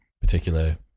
particular